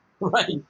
Right